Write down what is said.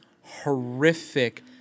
horrific